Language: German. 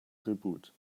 tribut